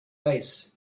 ice